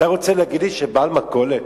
אתה רוצה להגיד לי שבעל מכולת,